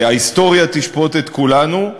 ההיסטוריה תשפוט את כולנו,